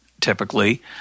typically